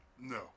No